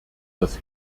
das